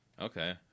Okay